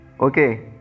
Okay